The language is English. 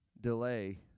delay